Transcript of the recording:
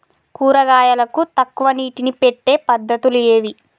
కూరగాయలకు తక్కువ నీటిని పెట్టే పద్దతులు ఏవి?